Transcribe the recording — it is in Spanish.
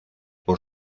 por